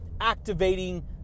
activating